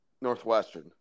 Northwestern